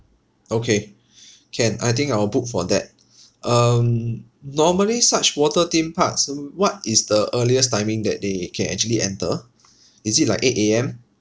okay can I think I will book for that um normally such water theme parks what is the earliest timing that they can actually enter is it like eight A_M